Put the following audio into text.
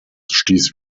stieß